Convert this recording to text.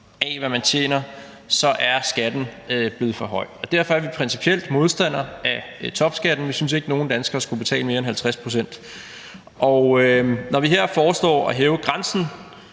af, hvad man tjener, så er skatten blevet for høj. Og derfor er vi principielt modstandere af topskatten. Vi synes ikke, at nogen danskere skulle betale mere end 50 pct. Når vi her foreslår at hæve grænsen,